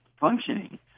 functioning